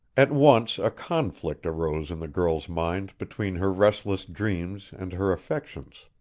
at once a conflict arose in the girl's mind between her restless dreams and her affections.